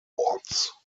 awards